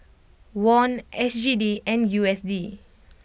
Won S G D and U S D